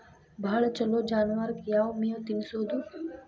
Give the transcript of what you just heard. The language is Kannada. ಭಾಳ ಛಲೋ ಜಾನುವಾರಕ್ ಯಾವ್ ಮೇವ್ ತಿನ್ನಸೋದು?